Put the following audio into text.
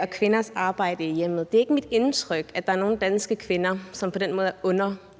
og kvinders arbejde i hjemmet. Det er ikke mit indtryk, at der er nogen danske kvinder, som på den måde er underkuet